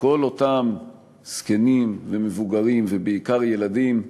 כל אותם זקנים, ומבוגרים, ובעיקר ילדים,